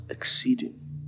Exceeding